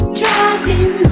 driving